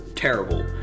Terrible